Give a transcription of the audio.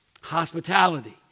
hospitality